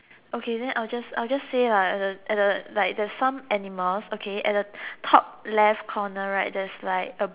okay then I'll just I'll just say like at the at the like there are some animals okay at the top left corner right there's like A